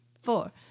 four